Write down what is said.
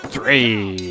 Three